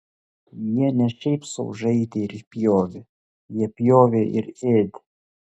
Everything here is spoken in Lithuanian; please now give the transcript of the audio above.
jie ne šiaip sau žaidė ir pjovė jie pjovė ir ėdė